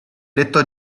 detto